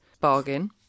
Bargain